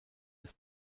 des